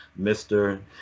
Mr